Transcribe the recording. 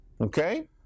Okay